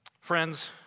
Friends